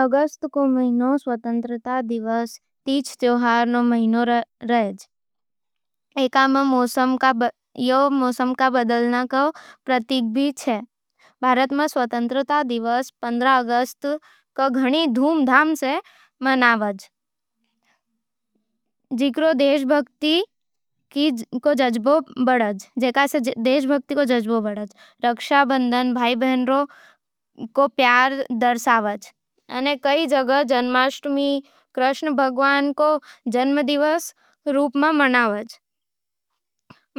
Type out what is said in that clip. अगस्त रो महीनो स्वतंत्रता, तीज-त्यौहार अने बदलता मौसम रो प्रतीक होवे। भारत में स्वतंत्रता दिवस पंद्रह अगस्त घणी धूमधाम सै मनाव, जिकरो देशभक्ति रो जज्बा बढ़ावज। रक्षाबंधन भाई-बहन रो प्यार दर्शावै, अने कई जगह जन्माष्टमी कृष्ण भगवान रो जन्मोत्सव रूपे मनावज।